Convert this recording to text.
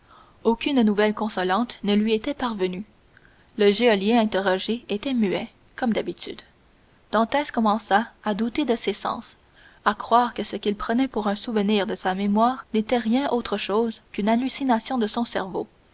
aucune nouvelle consolante ne lui était parvenue le geôlier interrogé était muet comme d'habitude dantès commença à douter de ses sens à croire que ce qu'il prenait pour un souvenir de sa mémoire n'était rien autre chose qu'une hallucination de son cerveau